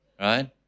Right